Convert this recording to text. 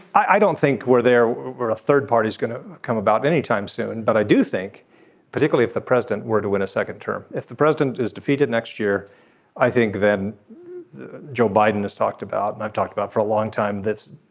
i don't think we're there. we're a third party is going to come about anytime soon. but i do think particularly if the president were to win a second term if the president is defeated next year i think then joe biden is talked about and i've talked about for a long time this.